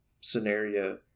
scenario